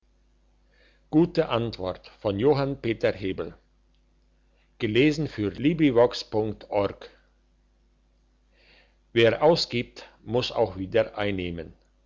gute antwort wer ausgibt muss auch wieder einnehmen